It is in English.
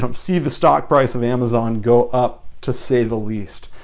um see the stock price of amazon go up, to say the least.